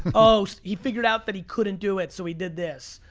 oh, so he figured out that he couldn't do it, so he did this.